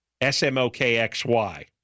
S-M-O-K-X-Y